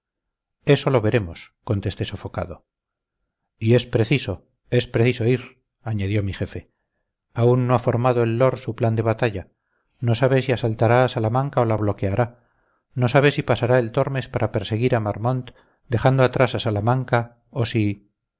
eso lo veremos contesté sofocado y es preciso es preciso ir añadió mi jefe aún no ha formado el lord su plan de batalla no sabe si asaltará a salamanca o la bloqueará no sabe si pasará el tormes para perseguir a marmont dejando atrás a salamanca o si